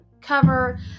cover